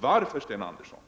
Varför, Sten Andersson?